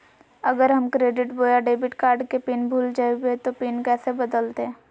अगर हम क्रेडिट बोया डेबिट कॉर्ड के पिन भूल जइबे तो पिन कैसे बदलते?